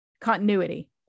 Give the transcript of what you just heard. continuity